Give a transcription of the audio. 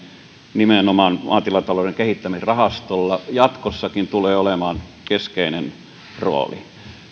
nimenomaan maatilatalouden kehittämisrahastolla tulee jatkossakin olemaan keskeinen rooli